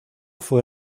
fue